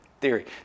theory